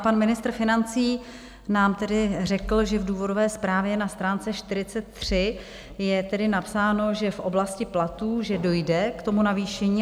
Pan ministr financí nám tedy řekl, že v důvodové zprávě na stránce 43 je napsáno, že v oblasti platů dojde k tomu navýšení.